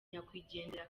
nyakwigendera